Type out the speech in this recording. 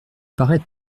paraît